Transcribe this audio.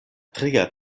tria